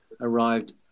arrived